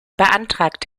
beantragt